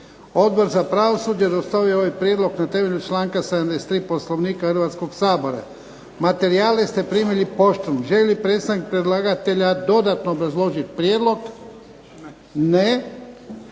Odbor za pravosuđe dostavio je ovaj prijedlog na temelju članka 73. Poslovnika Hrvatskog sabora. Materijale ste primili poštom. Želi li predstavnik predlagatelja dodatno obrazložiti prijedlog? Ne.